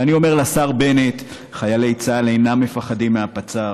ואני אומר לשר בנט: חיילי צה"ל אינם פוחדים מהפצ"ר.